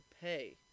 pay